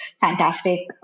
fantastic